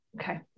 Okay